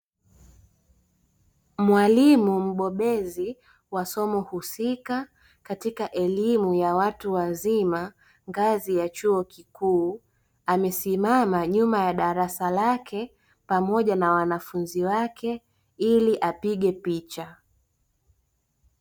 Mwalimu mbobezi wa somo husika katika elimu ya watu wazima ngazi ya chuo kikuu, amesimama nyuma ya darasa lake pamoja na wanafunzi wake ili apige picha.